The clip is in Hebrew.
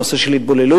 הנושא של התבוללות,